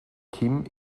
kim